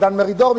דן מרידור,